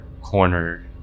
corner